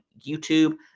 YouTube